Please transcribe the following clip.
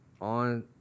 on